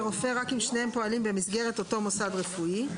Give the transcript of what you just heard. רופא רק אם שניהם פועלים במסגרת אותו מוסד רפואי.